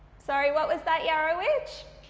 sorry, what was that yarrowitch?